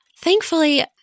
Thankfully